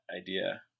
idea